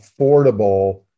affordable